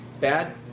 bad